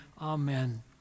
Amen